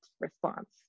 response